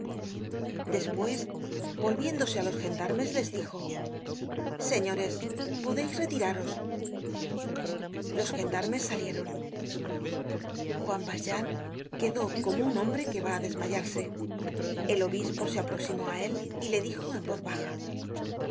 despues volviéndose á los gendarmes les dijo señores podeis retiraros los gendarmes salieron juan valjean quedó como un hombre que va á desmayarse el obispo se aproximó á él y le dijo en voz baja no